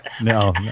No